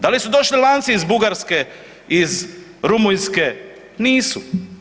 Da li su došli lanci iz Bugarske, iz Rumunjske, nisu.